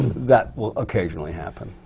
that will occasionally happen.